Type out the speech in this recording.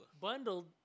Bundled